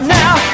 now